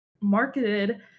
marketed